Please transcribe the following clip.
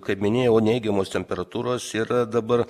kaip minėjau neigiamos temperatūros yra dabar